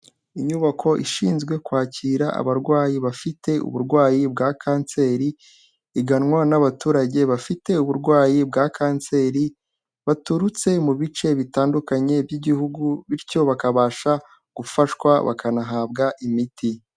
Inyubako ishinzwe kwakira abarwayi bafite uburwayi bwa kanseri, iganwa n'abaturage bafite uburwayi bwa kanseri, baturutse mu bice bitandukanye by'Igihugu bityo bakabasha gufashwa bakanahabwa imiti.